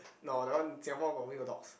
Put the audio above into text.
no that one Singapore got